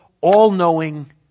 all-knowing